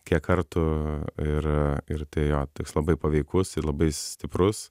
kiek kartų ir ir tai jo toks labai paveikus ir labai stiprus